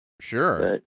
Sure